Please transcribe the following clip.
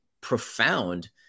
profound